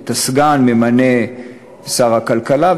את הסגן ממנה שר הכלכלה,